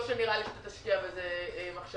לא שנראה לי שתשקיע זה מחשבה,